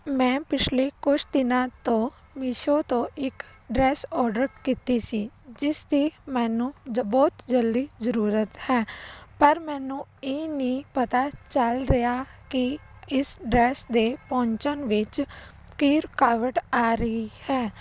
ਮੈਂ ਪਿਛਲੇ ਕੁਝ ਦਿਨਾਂ ਤੋਂ ਮੀਸ਼ੋ ਤੋਂ ਇੱਕ ਡਰੈਸ ਆਰਡਰ ਕੀਤੀ ਸੀ ਜਿਸ ਦੀ ਮੈਨੂੰ ਜੋ ਬਹੁਤ ਜਲਦੀ ਜ਼ਰੂਰਤ ਹੈ ਪਰ ਮੈਨੂੰ ਇਹ ਨਹੀਂ ਪਤਾ ਚੱਲ ਰਿਹਾ ਕਿ ਇਸ ਡਰੈਸ ਦੇ ਪਹੁੰਚਣ ਵਿੱਚ ਕੀ ਰੁਕਾਵਟ ਆ ਰਹੀ ਹੈ